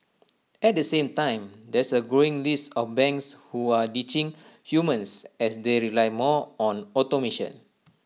at the same time there's A growing list of banks who are ditching humans as they rely more on automation